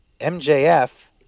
MJF